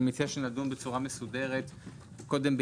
אני מציע שנדון בצורה מסודרת בהסתייגויות